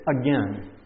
again